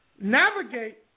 Navigate